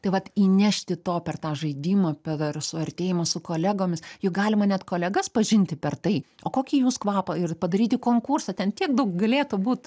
tai vat įnešti to per tą žaidimą per suartėjimą su kolegomis juk galima net kolegas pažinti per tai o kokį jūs kvapą ir padaryti konkursą ten tiek daug galėtų būt